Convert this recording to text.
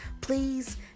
please